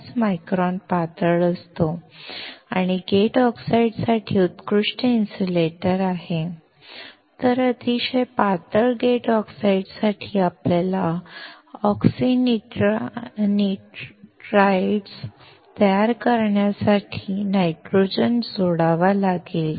५ micron पातळ असतो आणि गेट ऑक्साईडसाठी उत्कृष्ट इन्सुलेटर आहे तर अतिशय पातळ गेट ऑक्साईडसाठी आपल्याला ऑक्सिनिट्राइड्स तयार करण्यासाठी नायट्रोजन जोडावा लागेल